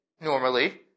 normally